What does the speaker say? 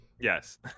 Yes